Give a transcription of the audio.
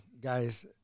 guys